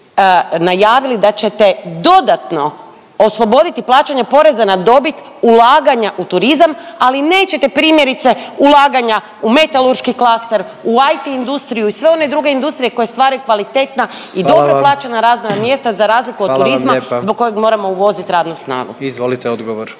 najavili da ćete dodatno osloboditi plaćanja poreza na dobit, ulaganja u turizam, ali nećete primjerice ulaganja u metalurški klaster, u IT industriju i sve one druge industrije koje stvaraju kvalitetna i dobro plaćena radna mjesta … …/Upadica predsjednik: Hvala vam./… … za razliku od turizma zbog kojeg moramo uvoziti radnu snagu. **Jandroković,